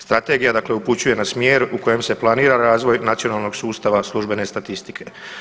Strategije dakle upućuje na smjer u kojem se planira razvoj nacionalnog sustava službene statistike.